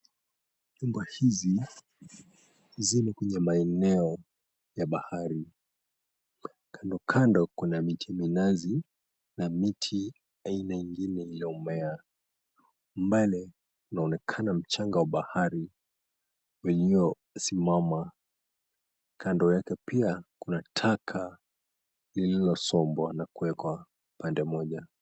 Nyumba hizi zimo kwenye maeneo ya bahari. Kando kando kuna miti minazi na miti aina ingine iliyomea. Mbele kunaonekana mchanga wa bahari uliosimama. Kando yake pia kuna taka lililosombwa na kuwekwa pande moja.